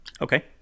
Okay